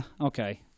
okay